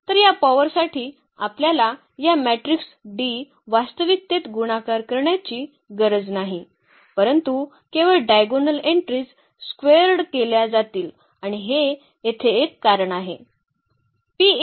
तर या पॉवर साठी आपल्याला या मेट्रिक्स D वास्तविकतेत गुणाकार करण्याची गरज नाही परंतु केवळ डायगोनल एन्ट्रीज स्क्वेअर्ड केल्या जातील आणि हे येथे एक कारण आहे